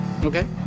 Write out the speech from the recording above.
Okay